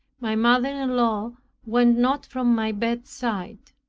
my mother-in-law went not from my bedside